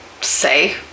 Say